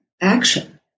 action